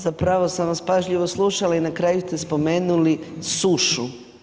Za pravo sam vas pažljivo slušala i na kraju ste spomenuli sušu.